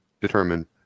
determine